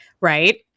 Right